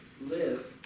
live